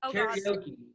Karaoke